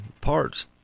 parts